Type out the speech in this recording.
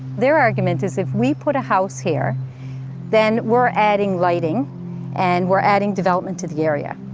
their argument is if we put a house here then we're adding lighting and we're adding development to the area.